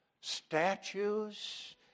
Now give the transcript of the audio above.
statues